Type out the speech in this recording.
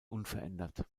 unverändert